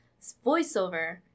voiceover